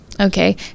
Okay